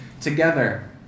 together